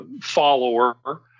follower